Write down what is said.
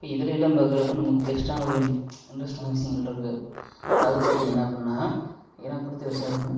இப்போ இதுலலாம் பாக்கிறப்ப நமக்கு ஃபெஸ்ட்டான ஒரு இன்ட்ரஸ்ட்டான விஷயங்கள் இருக்கு அது பார்த்தீங்கனா அப்டின்னா எனக்கு பிடிச்ச விஷயம் அப்டின்னா